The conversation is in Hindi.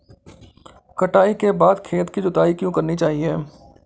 कटाई के बाद खेत की जुताई क्यो करनी चाहिए?